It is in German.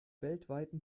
weltweiten